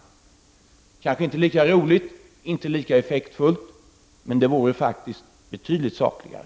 Det är kanske inte lika roligt och effektfullt, men det vore faktiskt betydligt sakligare.